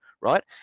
right